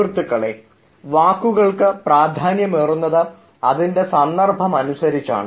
സുഹൃത്തുക്കളെ വാക്കുകൾക്ക് പ്രാധാന്യമേറുന്നത് അതിൻറെ സന്ദർഭത്തിനനുസരിച്ചാണ്